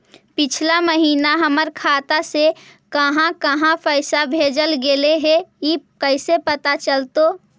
पिछला महिना हमर खाता से काहां काहां पैसा भेजल गेले हे इ कैसे पता चलतै?